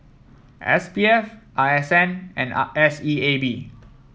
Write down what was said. S P F R S N and R S E A B